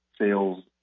sales